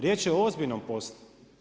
Riječ je ozbiljnom poslu.